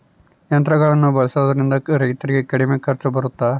ಯಂತ್ರಗಳನ್ನ ಬಳಸೊದ್ರಿಂದ ರೈತರಿಗೆ ಕಡಿಮೆ ಖರ್ಚು ಬರುತ್ತಾ?